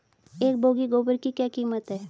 एक बोगी गोबर की क्या कीमत है?